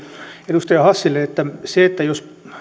edustaja hassille että jos